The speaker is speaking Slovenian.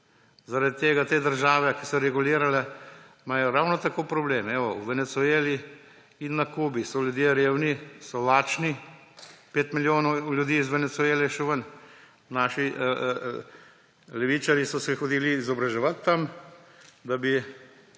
Zaradi tega te države, ki so regulirale, imajo ravno tako problem. V Venezueli in na Kubi so ljudje revni, so lačni, 5 milijonov ljudi iz Venezuele je šlo ven. Naši levičarji so se hodili izobraževat tja, da bi,